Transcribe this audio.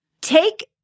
Take